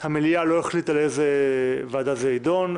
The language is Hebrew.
המליאה לא החליטה באיזו ועדה זה יידון,